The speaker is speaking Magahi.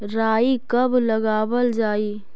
राई कब लगावल जाई?